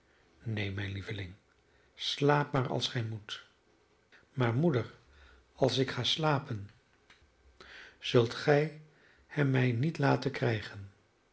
neen mijn lieveling slaap maar als gij moet maar moeder als ik ga slapen zult gij hem mij niet laten krijgen